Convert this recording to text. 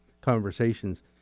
conversations